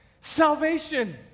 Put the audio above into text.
salvation